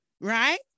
right